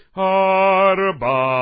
harba